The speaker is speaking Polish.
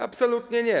Absolutnie nie.